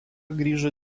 grįžo